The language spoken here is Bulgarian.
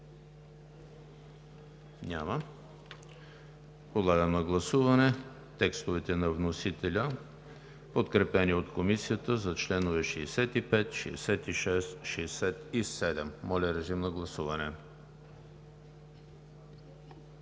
Няма. Подлагам на гласуване текстовете на вносителя, подкрепени от Комисията, за членове 65, 66 и 67. Гласували